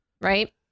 right